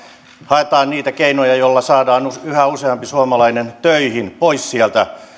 haetaan niitä keinoja joilla saadaan yhä useampi suomalainen töihin pois sieltä